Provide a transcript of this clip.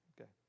okay